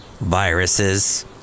viruses